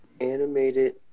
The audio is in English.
Animated